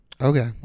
Okay